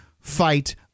fight